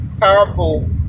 powerful